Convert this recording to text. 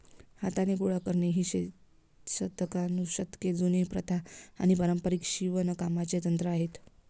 हाताने गोळा करणे ही शतकानुशतके जुनी प्रथा आणि पारंपारिक शिवणकामाचे तंत्र आहे